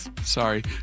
sorry